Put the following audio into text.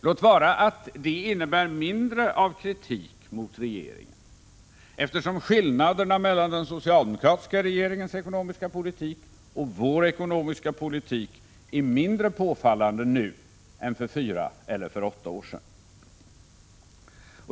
Låt vara att det innebär mindre av kritik mot regeringen, eftersom skillnaderna mellan den socialdemokratiska regeringens ekonomiska politik och vår ekonomiska politik är mindre påfallande nu än för fyra eller för åtta år sedan.